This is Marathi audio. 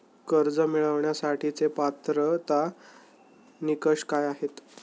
कर्ज मिळवण्यासाठीचे पात्रता निकष काय आहेत?